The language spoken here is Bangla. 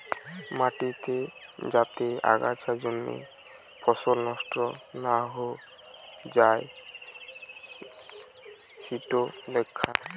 মাটিতে যাতে আগাছা জন্মে ফসল নষ্ট না হৈ যাই সিটো দ্যাখা